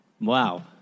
Wow